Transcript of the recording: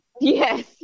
Yes